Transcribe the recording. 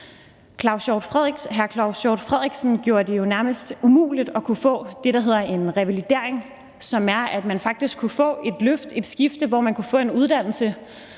Hr. Claus Hjort Frederiksen gjorde det jo nærmest umuligt at kunne få det, der hedder en revalidering, som ville betyde, at man faktisk kunne få et løft, et skifte, som kunne gøre, at man kunne få en uddannelse